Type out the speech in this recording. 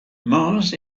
mars